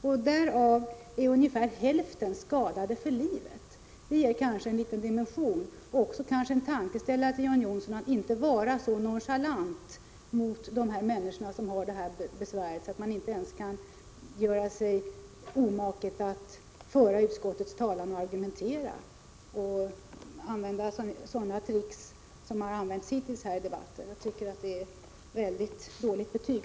Av dessa är ungefär hälften skadade för livet — det visar kanske något på problemets dimension. Kanske ger det också John Johnsson en tankeställare om att inte vara så nonchalant mot de människor som har dessa besvär, så att man inte ens kan göra sig omaket att föra utskottets talan och argumentera i stället för att använda sig av sådana tricks som hittills har gjorts i denna debatt. Jag tycker att det faktiskt förtjänar ett väldigt dåligt betyg.